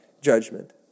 judgment